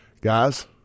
Guys